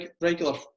regular